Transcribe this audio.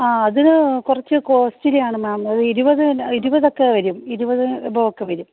ആ അത് കുറച്ച് കോസ്റ്റ്ലീ ആണ് മാം ഒരു ഇരുപത് ഇരുപതക്കെ വരും ഇരുപത് എബൗ ഒക്കെ വരും